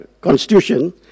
constitution